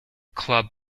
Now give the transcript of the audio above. club